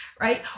right